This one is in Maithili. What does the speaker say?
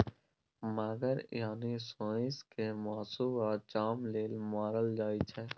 मगर यानी सोंइस केँ मासु आ चाम लेल मारल जाइ छै